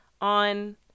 on